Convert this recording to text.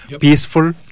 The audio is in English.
peaceful